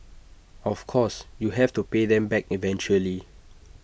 of course you have to pay them back eventually